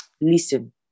Listen